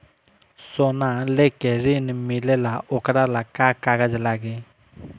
सोना लेके ऋण मिलेला वोकरा ला का कागज लागी?